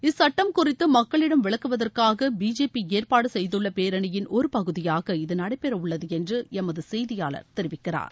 இச்சுட்டம் குறித்தமக்களிடம் விளக்குவதற்காகபிஜேபிஏற்பாடுசெய்துள்ளபேரணியின் ஒருபகுதியாக இது நடைபெறஉள்ளதுஎன்றுஎமதுசெய்தியாளர் தெரிவிக்கிறார்